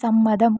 സമ്മതം